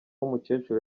umukecuru